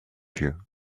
you